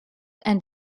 and